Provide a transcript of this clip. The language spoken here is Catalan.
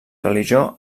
religió